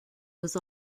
was